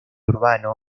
urbano